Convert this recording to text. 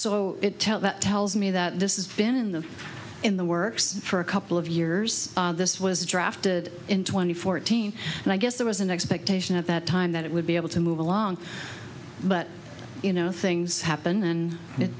so it tell that tells me that this is been in the in the works for a couple of years this was drafted in two thousand and fourteen and i guess there was an expectation at that time that it would be able to move along but you know things happen and it